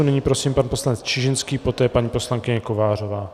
Nyní prosím pan poslanec Čižinský, poté paní poslankyně Kovářová.